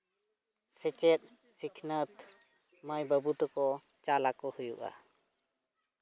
ᱥᱮᱪᱮᱫ ᱥᱤᱠᱷᱱᱟᱹᱛ ᱢᱟᱹᱭ ᱵᱟᱹᱵᱩ ᱛᱟᱠᱚ ᱪᱟᱞ ᱟᱠᱚ ᱦᱩᱭᱩᱜᱼᱟ